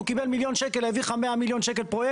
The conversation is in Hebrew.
הוא קיבל מיליון שקל, העביר לך 100 מיליון פרויקט.